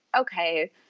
okay